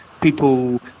people